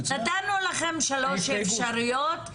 נתנו לכם שלוש אפשרויות.